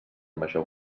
major